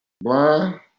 blind